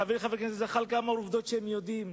חברי חבר הכנסת זחאלקה אמר עובדות שהם יודעים.